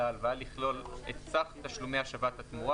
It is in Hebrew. על ההלוואה לכלול את סך תשלומי השבת התמורה